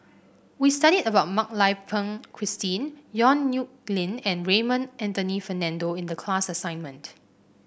we studied about Mak Lai Peng Christine Yong Nyuk Lin and Raymond Anthony Fernando in the class assignment